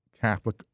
Catholic